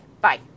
bye